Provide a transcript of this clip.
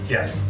Yes